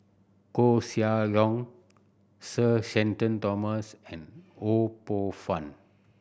Koeh Sia Yong Sir Shenton Thomas and Ho Poh Fun